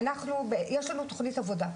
יש לנו תוכנית עבודה,